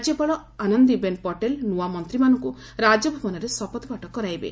ରାଜ୍ୟପାଳ ଆନନ୍ଦିବେନ ପଟେଲ ନୂଆ ମନ୍ତ୍ରୀମାନଙ୍କୁ ରାଜଭବନରେ ଶପଥପାଠ କରାଇବେ